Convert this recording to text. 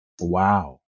Wow